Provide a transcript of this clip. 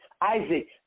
Isaac